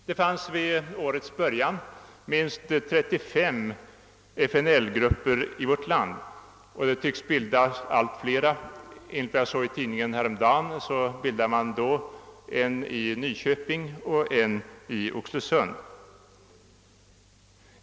Det fanns vid årets början minst 35 FNL-grupper i vårt land, och det tycks bildas allt flera. Enligt vad jag såg i en tidning häromdagen bildades då en ny grupp i Nyköping och en i Oxelösund.